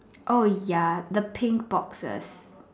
oh ya the pink boxes